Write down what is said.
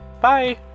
Bye